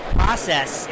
process